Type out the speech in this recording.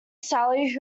sally